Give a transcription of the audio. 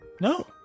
No